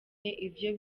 ivyo